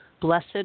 blessed